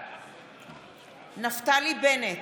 בעד נפתלי בנט,